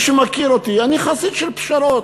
מי שמכיר אותי, אני חסיד של פשרות.